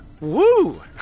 Woo